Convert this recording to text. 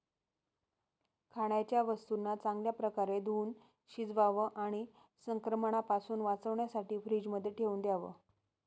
खाण्याच्या वस्तूंना चांगल्या प्रकारे धुवुन शिजवावं आणि संक्रमणापासून वाचण्यासाठी फ्रीजमध्ये ठेवून द्याव